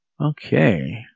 Okay